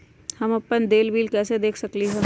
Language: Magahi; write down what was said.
हम अपन देल बिल कैसे देख सकली ह?